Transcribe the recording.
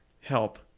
Help